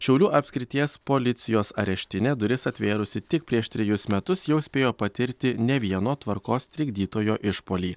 šiaulių apskrities policijos areštinė duris atvėrusi tik prieš trejus metus jau spėjo patirti ne vieno tvarkos trikdytojo išpuolį